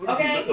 Okay